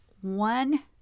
one